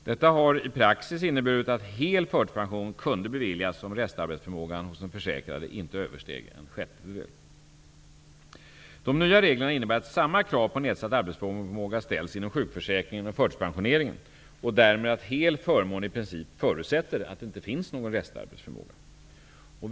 Detta har i praxis inneburit att hel förtidspension kunde beviljas om restarbetsförmågan hos den försäkrade inte översteg en sjättedel. De nya reglerna innebär att samma krav på nedsatt arbetsförmåga ställs inom sjukförsäkringen och förtidspensioneringen och därmed att hel förmån i princip förutsätter att ingen restarbetsförmåga finns.